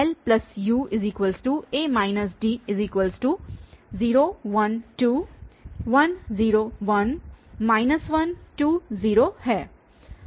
इसलिए LUA D0 1 2 1 0 1 1 2 0